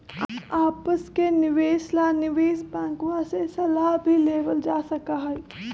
आपस के निवेश ला निवेश बैंकवा से सलाह भी लेवल जा सका हई